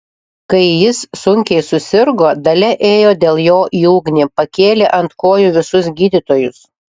kai jis sunkiai susirgo dalia ėjo dėl jo į ugnį pakėlė ant kojų visus gydytojus